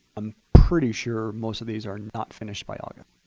i'm pretty sure most of these are not finished by august.